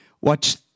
Watch